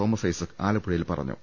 Thomas Isaac ആലപ്പുഴയിൽ പറഞ്ഞു